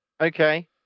Okay